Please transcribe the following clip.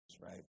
right